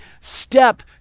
step